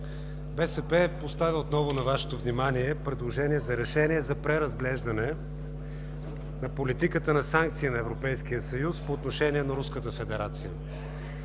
БСП поставя отново на Вашето внимание предложение за решение за преразглеждане на политиката на санкции на Европейския съюз по отношение на